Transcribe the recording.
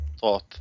thought